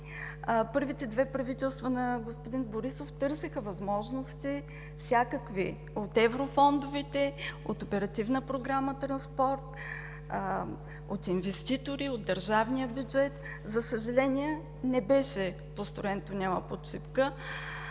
Първите две правителства на господин Борисов търсеха всякакви възможности – от еврофондовете, от Оперативна програма „Транспорт“, от инвеститори, от държавния бюджет. За съжаление, не беше построен тунелът под Шипка.